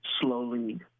slowly